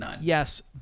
Yes